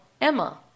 Emma